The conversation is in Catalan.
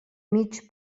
mig